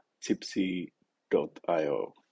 tipsy.io